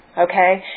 Okay